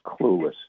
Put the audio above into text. clueless